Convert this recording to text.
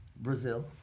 Brazil